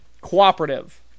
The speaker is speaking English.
cooperative